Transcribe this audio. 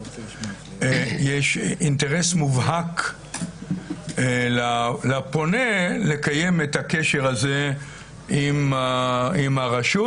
יש אינטרס מובהק לפונה לקיים את הקשר הזה עם הרשות,